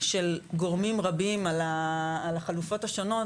של גורמים רבים על החלופות השונות,